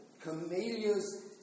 camellias